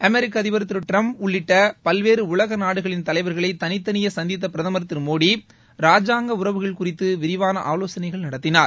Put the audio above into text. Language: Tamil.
அமெரிக்க அதிபர் திரு டிரம்ப் உள்ளிட்ட பல்வேறு உலக நாடுகளின் தலைவர்களை தனித்தனியே சந்தித்த பிரதமர் திரு மோடி ராஜாங்க உறவுகள் குறித்து விரிவான ஆலோசனைகள் நடத்தினார்